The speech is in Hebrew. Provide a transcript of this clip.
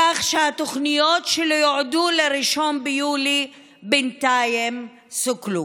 בכך שהתוכניות שיועדו ל-1 ביולי בינתיים סוכלו.